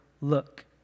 Look